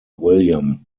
william